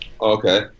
Okay